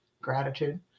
gratitude